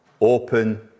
open